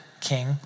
king